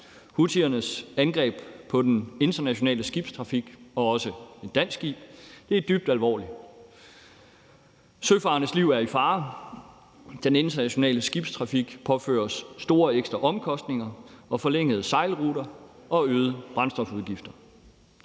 Houthiernes angreb på den internationale skibstrafik og også et dansk skib er dybt alvorligt. Søfarendes liv er i fare, og den internationale skibstrafik påføres store ekstraomkostninger, forlængede sejlruter og øgede brændstofudgifter.